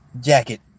Jacket